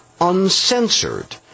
uncensored